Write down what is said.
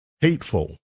hateful